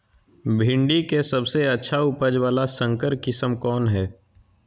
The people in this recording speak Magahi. भिंडी के सबसे अच्छा उपज वाला संकर किस्म कौन है?